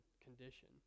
condition